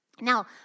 Now